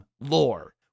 lore